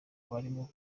barimo